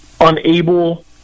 unable